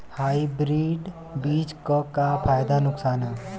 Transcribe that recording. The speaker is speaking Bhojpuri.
हाइब्रिड बीज क का फायदा नुकसान ह?